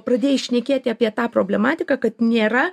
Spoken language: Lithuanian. pradėjai šnekėti apie tą problematiką kad nėra